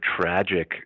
tragic